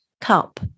cup